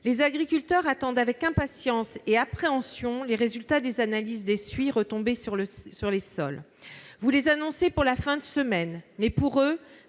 Les agriculteurs attendent avec impatience et appréhension les résultats des analyses des suies retombées sur les sols. Vous les annoncez pour la fin de semaine, mais pour eux,